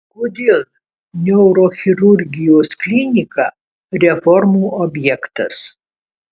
kodėl neurochirurgijos klinika reformų objektas